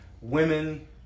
women